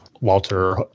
walter